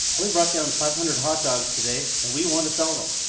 we brought down five hundred hot dogs today, and we want to sell them.